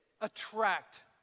attract